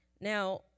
Now